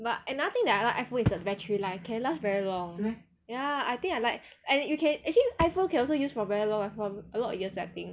but another thing that I like iphone is the battery life can last very long ya I think I like and you can actually iphone can also use for very long a lot of years I think